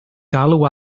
galw